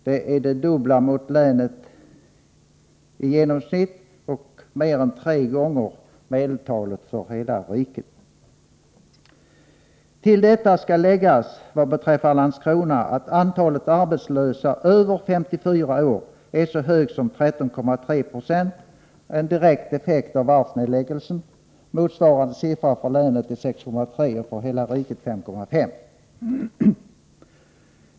Det är det dubbla mot länet i genomsnitt och mer än tre gånger medeltalet för hela riket. Till detta skall läggas vad beträffar Landskrona att andelen arbetslösa över 54 år är så hög som 13,3 26, en direkt effekt av varvsnedläggelsen. Motsvarande siffra för länet är 6,3 90 och för hela riket 5,5.